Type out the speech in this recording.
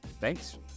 Thanks